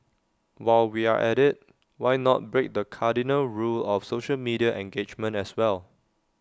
while we are at IT why not break the cardinal rule of social media engagement as well